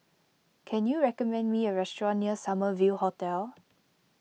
can you recommend me a restaurant near Summer View Hotel